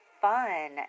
fun